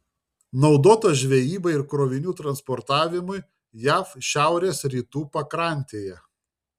naudotas žvejybai ir krovinių transportavimui jav šiaurės rytų pakrantėje